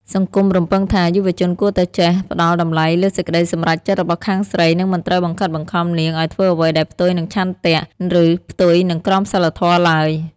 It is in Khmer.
សង្គមរំពឹងថា យុវជនគួរតែចេះផ្ដល់តម្លៃលើសេចក្ដីសម្រេចចិត្តរបស់ខាងស្រី និងមិនត្រូវបង្ខិតបង្ខំនាងឱ្យធ្វើអ្វីដែលផ្ទុយនឹងឆន្ទៈ ឬផ្ទុយនឹងក្រមសីលធម៌ឡើយ។